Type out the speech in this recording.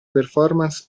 performance